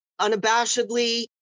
Unabashedly